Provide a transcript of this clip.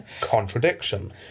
Contradiction